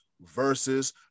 versus